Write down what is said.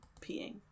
peeing